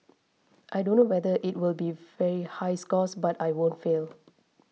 I don't know whether it'll be very high scores but I won't fail